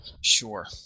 Sure